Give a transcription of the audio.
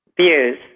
views